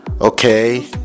okay